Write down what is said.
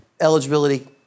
eligibility